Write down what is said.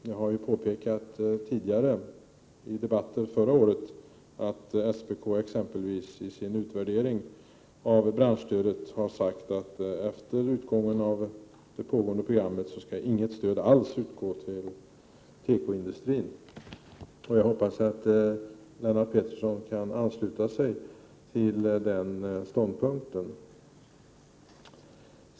Jag påpekade i debatten förra året att exempelvis SPK i sin utvärdering av branschstödet har sagt att efter utgången av det pågående programmet skall inget stöd alls lämnas till tekoindustrin. Jag hoppas att Lennart Pettersson kan ansluta sig till den ståndpunkten.